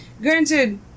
Granted